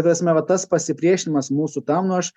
prasme va tas pasipriešinimas mūsų tam nu aš